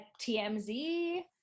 TMZ